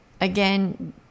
again